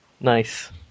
Nice